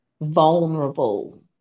vulnerable